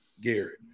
Garrett